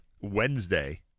Wednesday